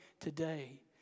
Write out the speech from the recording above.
today